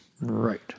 Right